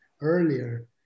earlier